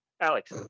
Alex